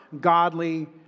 godly